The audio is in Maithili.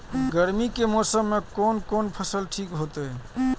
गर्मी के मौसम में कोन कोन फसल ठीक होते?